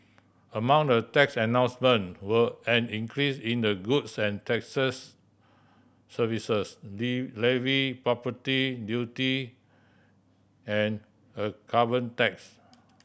among the tax announcement were an increase in the goods and taxes services levy property duty and a carbon tax